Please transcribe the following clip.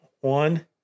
one